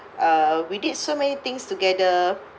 uh we did so many things together